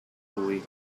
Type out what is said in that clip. lui